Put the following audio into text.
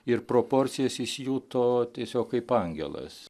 ir proporcijas jis juto tiesiog kaip angelas